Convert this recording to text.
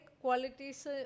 qualities